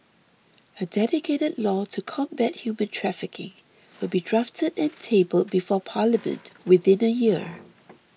a dedicated law to combat human trafficking will be drafted and tabled before Parliament within a year